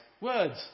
words